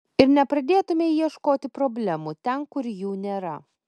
ir nepradėtumei ieškoti problemų ten kur jų nėra